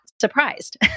surprised